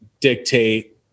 dictate